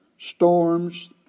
storms